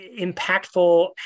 impactful